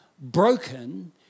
broken